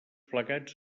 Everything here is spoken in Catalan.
plegats